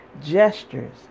gestures